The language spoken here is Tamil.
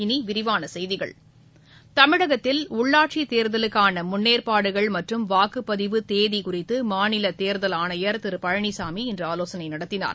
இனி விரிவான செய்திகள் தமிழகத்தில் உள்ளாட்சித் தேர்தலுக்கான முன்னேற்பாடுகள் மற்றும் வாக்குப்பதிவு தேதி குறித்து மாநில தேர்தல் ஆணையர் திரு இரா பழனிசாமி இன்று ஆலோசனை நடத்தினார்